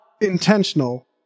intentional